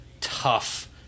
tough